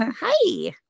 Hi